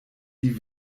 die